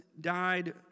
died